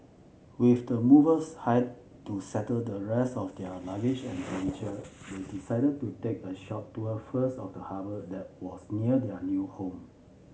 with the movers hired to settle the rest of their luggage and furniture they decided to take a short tour first of the harbour that was near their new home